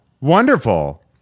Wonderful